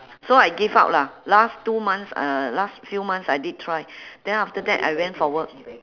so I give up lah last two months uh last few months I did try then after that I went for work